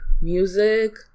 music